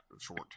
short